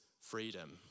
freedom